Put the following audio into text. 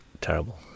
terrible